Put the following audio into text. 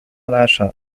العشاء